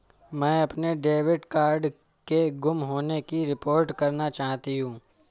मैं अपने debit card के गुम होने की रिपोर्ट करना चाहती हूँ